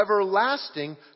everlasting